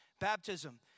Baptism